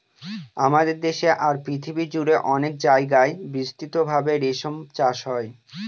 আমাদের দেশে আর পৃথিবী জুড়ে অনেক জায়গায় বিস্তৃত ভাবে রেশম চাষ হয়